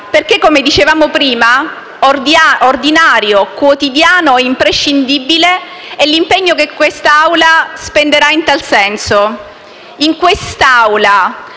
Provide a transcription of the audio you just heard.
perché, come dicevamo prima, ordinario, quotidiano e imprescindibile è l'impegno che quest'Aula spenderà in tal senso.